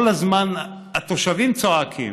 כל הזמן התושבים צועקים,